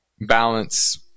balance